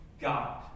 God